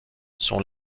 son